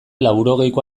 laurogeiko